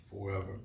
forever